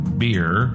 beer